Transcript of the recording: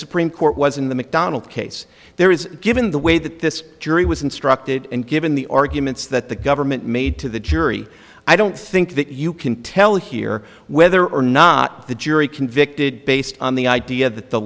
supreme court was in the macdonald case there is given the way that this jury was instructed and given the arguments that the government made to the jury i don't think that you can tell here whether or not the jury convicted based on the idea that the